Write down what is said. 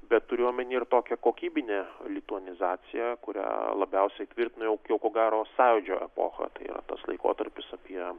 bet turiu omeny ir tokią kokybinę lituanizaciją kurią labiausiai tvirtina jau ko gero sąjūdžio epocha tai tas laikotarpis apie